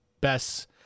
best